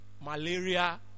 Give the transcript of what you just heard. malaria